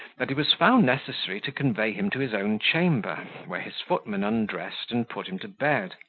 that it was found necessary to convey him to his own chamber, where his footman undressed and put him to bed